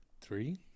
Three